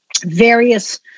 various